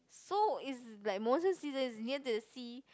so is like monsoon season is near the sea